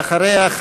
ואחריה,